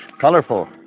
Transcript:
colorful